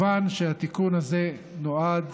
מובן שהתיקון הזה נועד